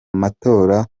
matora